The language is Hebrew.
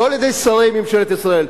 לא על-ידי שרי ממשלת ישראל,